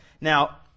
Now